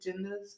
agendas